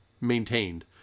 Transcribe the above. maintained